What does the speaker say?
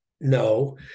No